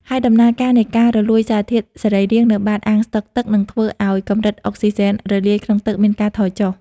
ហើយដំណើរការនៃការរលួយសារធាតុសរីរាង្គនៅបាតអាងស្តុកទឹកនឹងធ្វើឱ្យកម្រិតអុកស៊ីហ្សែនរលាយក្នុងទឹកមានការថយចុះ។